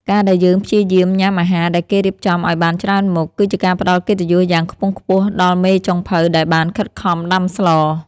ការដែលយើងព្យាយាមញ៉ាំអាហារដែលគេរៀបចំឱ្យបានច្រើនមុខ គឺជាការផ្តល់កិត្តិយសយ៉ាងខ្ពង់ខ្ពស់ដល់មេចុងភៅដែលបានខិតខំដាំស្ល។